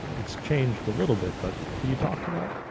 it's changed a little bit, but could you talk to that?